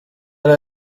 yari